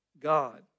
God